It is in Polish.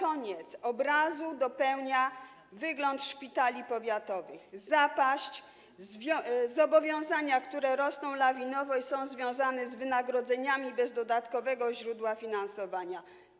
Obrazu dopełnia wygląd szpitali powiatowych: zapaść, zobowiązania, które rosną lawinowo i są związane z wynagrodzeniami, bez dodatkowego źródła finansowania.